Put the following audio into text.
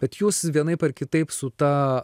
bet jūs vienaip ar kitaip su ta